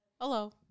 Hello